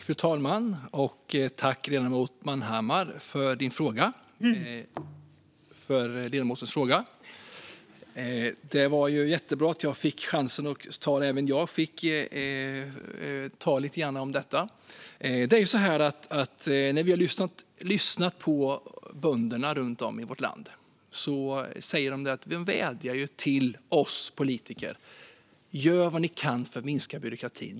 Fru talman! Tack, ledamoten Manhammar, för frågan! Det var jättebra att jag fick chansen att tala lite om detta. Vi har lyssnat på bönderna runt om i vårt land när de har vädjat till oss politiker. De säger: Gör vad ni kan för att minska byråkratin!